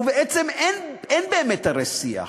ובעצם אין באמת הרי שיח.